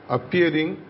Appearing